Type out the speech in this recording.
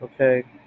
Okay